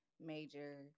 major